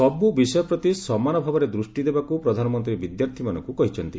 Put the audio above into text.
ସବ୍ର ବିଷୟ ପ୍ରତି ସମାନ ଭାବରେ ଦୃଷ୍ଟି ଦେବାକୁ ପ୍ରଧାନମନ୍ତ୍ରୀ ବିଦ୍ୟାର୍ଥୀମାନଙ୍କୁ କହିଛନ୍ତି